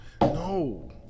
No